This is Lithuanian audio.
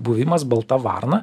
buvimas balta varna